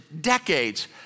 decades